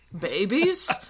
babies